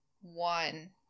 one